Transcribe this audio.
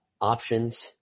options